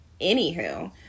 anywho